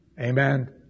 Amen